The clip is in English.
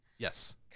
Yes